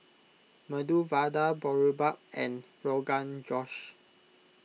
Medu Vada Boribap and Rogan Josh